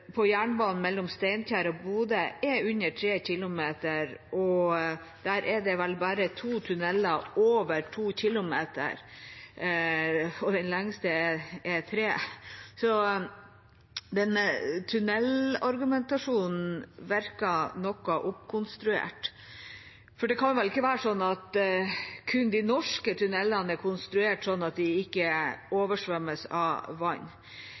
på jernbanen mellom Steinkjer og Bodø er under 3 km. Der er det vel bare to tunneler over 2 km, og den lengste er 3 km, så den tunnelargumentasjonen virker noe oppkonstruert. For det kan vel ikke være sånn at kun de norske tunnelene er konstruert sånn at de ikke oversvømmes av vann.